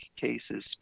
cases